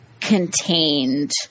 contained